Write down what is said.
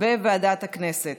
לוועדת הכנסת